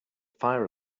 fire